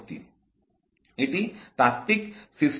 এটি তাত্ত্বিক সিস্টেম